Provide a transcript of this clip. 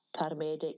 paramedic